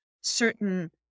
certain